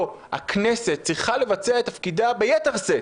הכנסת צריכה לבצע את תפקידה ביתר שאת,